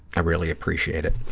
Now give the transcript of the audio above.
i really appreciate it.